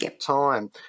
time